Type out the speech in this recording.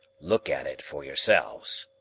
look at it for yourselves.